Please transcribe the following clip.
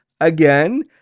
again